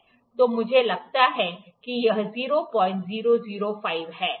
तो मुझे लगता है कि यह 0005 है